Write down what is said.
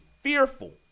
fearful